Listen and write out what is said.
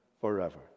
forever